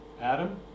Adam